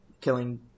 killing